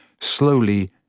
Slowly